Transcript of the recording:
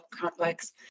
complex